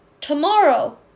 Tomorrow